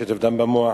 שטף דם במוח.